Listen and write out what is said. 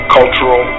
Cultural